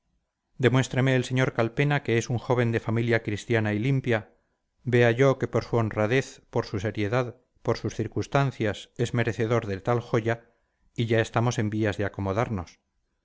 demuéstreme el sr calpena que es un joven de familia cristiana y limpia vea yo que por su honradez por su seriedad por sus circunstancias es merecedor de tal joya y ya estamos en vías de acomodarnos